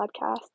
podcast